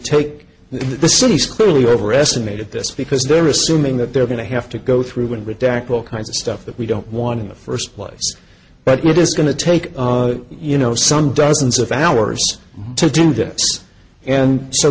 take the city's clearly over estimate at this because they're assuming that they're going to have to go through and redact all kinds of stuff that we don't want in the first place but it is going to take you know some dozens of hours to do that and so